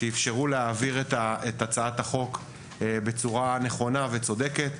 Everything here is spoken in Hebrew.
שאפשרו להעביר את הצעת החוק בצורה נכונה וצודקת.